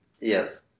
Yes